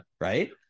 Right